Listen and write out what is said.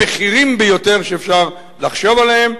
הבכירים ביותר שאפשר לחשוב עליהם,